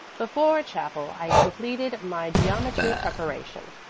before chapel i completed my geometry preparation.